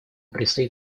предстоит